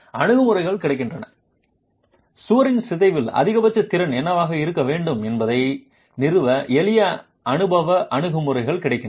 அணுகுமுறைகள் கிடைக்கின்றன சுவரின் சிதைவில் அதிகபட்ச திறன் என்னவாக இருக்க வேண்டும் என்பதை நிறுவ எளிய அனுபவ அணுகுமுறைகள் கிடைக்கின்றன